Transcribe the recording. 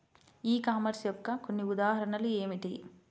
ఈ కామర్స్ యొక్క కొన్ని ఉదాహరణలు ఏమిటి?